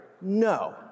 no